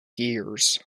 years